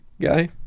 guy